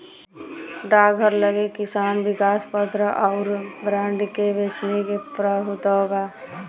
डाकघर लगे किसान विकास पत्र अउर बांड के बेचे के प्रभुत्व बा